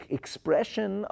expression